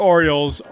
Orioles